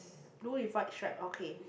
blue with white stripe okay